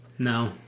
No